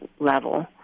level